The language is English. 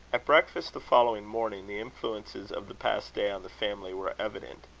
at breakfast the following morning, the influences of the past day on the family were evident.